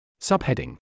Subheading